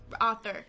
author